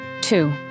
Two